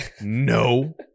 No